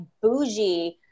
bougie